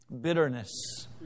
bitterness